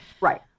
Right